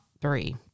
three